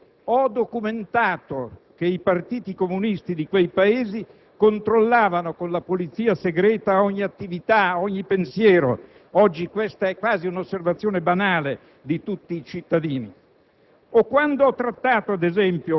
appartenenti al blocco sovietico, ho documentato che i Partiti comunisti di quei Paesi controllavano con la polizia segreta ogni attività, ogni pensiero. Oggi questa è quasi un'osservazione banale di tutti i cittadini